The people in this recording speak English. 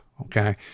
Okay